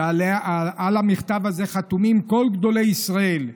שעל המכתב הזה חתומים כל גדולי ישראל,